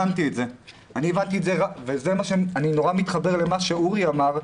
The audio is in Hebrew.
אני נורא מתחבר אל מה שאורי אמר.